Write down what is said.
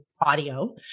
audio